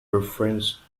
preference